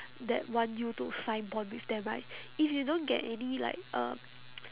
that want you to sign bond with them right if you don't get any like uh